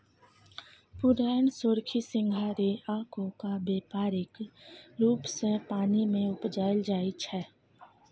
पुरैण, सोरखी, सिंघारि आ कोका बेपारिक रुप सँ पानि मे उपजाएल जाइ छै